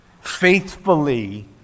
faithfully